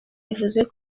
bivuze